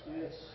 yes